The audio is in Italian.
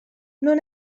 non